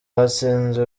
batsinze